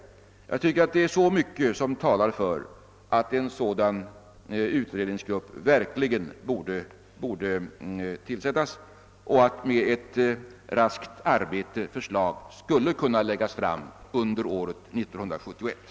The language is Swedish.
Jag tycker dock att det är mycket som talar för att en sådan utredningsgrupp borde tillsättas och att den efter ett skyndsamt arbete borde kunna lägga fram förslag under 1971.